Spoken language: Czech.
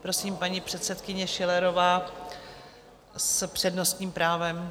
Prosím, paní předsedkyně Schillerová s přednostním právem.